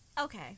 Okay